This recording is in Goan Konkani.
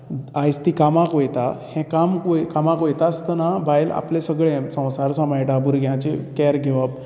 आयज ती कामाक वयता हे काम कामांक वयता आसतना बायल आपले सगळें संवसार सांबाळटा आपल्या भुरग्याचें केर घेवप